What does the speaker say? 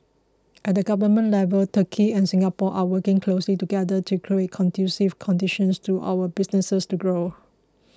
at the government level Turkey and Singapore are working closely together to create conducive conditions to our businesses to grow